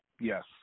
yes